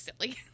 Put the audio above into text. Silly